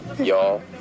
Y'all